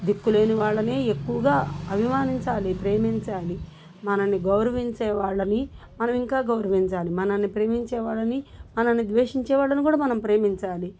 దిక్కులేని వాళ్ళని ఎక్కువగా అభిమానించాలి ప్రేమించాలి మనల్ని గౌరవించే వాళ్ళని మనం ఇంకా గౌరవించాలి మనల్ని ప్రేమించే వాళ్ళని మనల్ని ద్వేషించే వాళ్ళని కూడా మనం ప్రేమించాలి